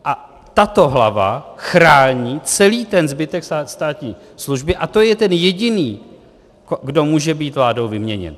A tato hlava chrání celý ten zbytek státní služby a to je ten jediný, kdo může být vládou vyměněn.